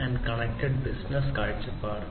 0 കാഴ്ചപ്പാട്